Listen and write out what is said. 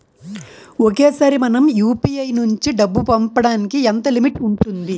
ఒకేసారి మనం యు.పి.ఐ నుంచి డబ్బు పంపడానికి ఎంత లిమిట్ ఉంటుంది?